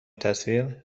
تصویر